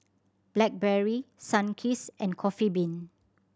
Blackberry Sunkist and Coffee Bean